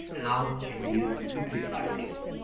how can you simplify this?